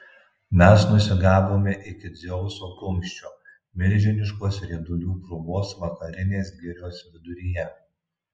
mes nusigavome iki dzeuso kumščio milžiniškos riedulių krūvos vakarinės girios viduryje